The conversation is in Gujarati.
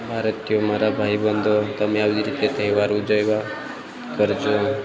ભારતીયો મારા ભાઈબંધો તમે આવી રીતે તહેવાર ઉજવ્યા કરજો